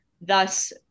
thus